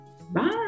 bye